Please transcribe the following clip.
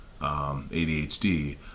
ADHD